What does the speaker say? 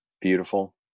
Beautiful